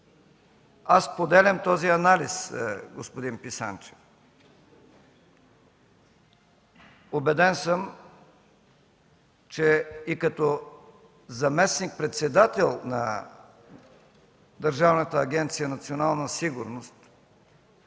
Аз споделям този анализ, господин Писанчев. Убеден съм, че и като заместник-председател на Държавната агенция „Национална сигурност”